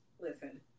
Listen